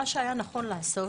מה שהיה נכון לעשות,